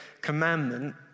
commandment